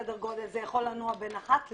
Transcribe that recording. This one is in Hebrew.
זה יכול לנוע בין אחת לארבע,